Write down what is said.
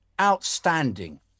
Outstanding